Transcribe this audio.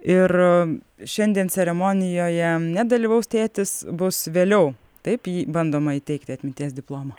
ir šiandien ceremonijoje nedalyvaus tėtis bus vėliau taip jį bandoma įteikti atminties diplomą